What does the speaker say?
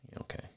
Okay